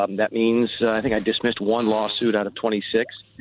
um that means, i think i dismissed one lawsuit out of twenty six,